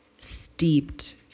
steeped